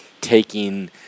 taking